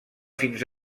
fins